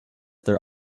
their